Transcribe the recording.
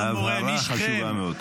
משכם -- הערה חשובה מאוד.